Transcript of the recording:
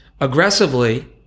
aggressively